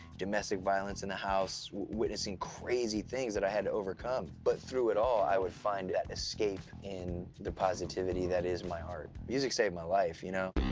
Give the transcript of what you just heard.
domestic violence in the house, witnessing crazy things that i had to overcome. but through it all, i would find that escape in the positivity that is my art. music saved my live, you know?